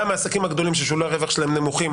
גם העסקים הגדולים ששולי הרווח שלהם נמוכים,